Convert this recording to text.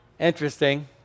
Interesting